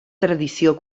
tradició